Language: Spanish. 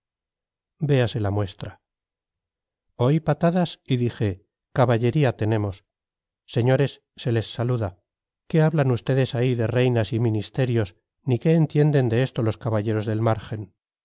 véase la muestra oí patadas y dije caballería tenemos señores se les saluda qué hablan ustedes ahí de reinas y ministerios ni qué entienden de esto los caballeros del margen